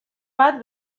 bat